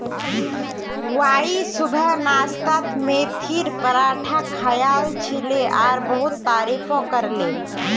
Y सुबह नाश्तात मेथीर पराठा खायाल छिले और बहुत तारीफो करले